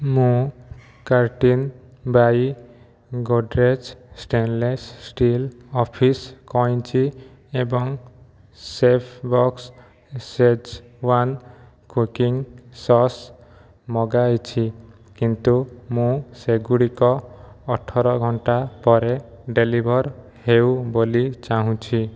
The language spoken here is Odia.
ମୁଁ କାର୍ଟିନନ୍ by Godrej stainless steel office କଇଞ୍ଚି ଏବଂ ଶେଫ୍ବସ୍ ସେଜୱାନ୍ କୁକିଂ ସସ୍ ମଗାଇଛି କିନ୍ତୁ ମୁଁ ସେଗୁଡ଼ିକ ଅଠର ଘଣ୍ଟା ପରେ ଡେଲିଭର୍ ହେଉ ବୋଲି ଚାହୁଁଛି